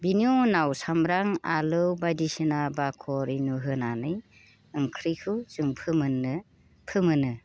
बेनि उनाव सामब्राम आलु बायदिसिना बाखर एनु होनानै ओंख्रिखौ जों फोमोनो